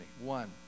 One